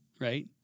right